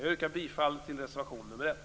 Jag yrkar bifall till reservation nr 1.